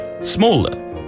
smaller